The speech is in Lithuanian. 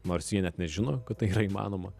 nors jie net nežino kad tai yra įmanoma